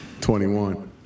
21